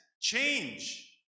Change